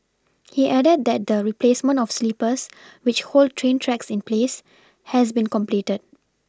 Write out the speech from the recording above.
he added that the replacement of sleepers which hold train tracks in place has been completed